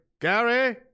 Gary